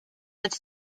its